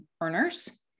earners